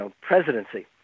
presidency